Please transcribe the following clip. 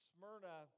Smyrna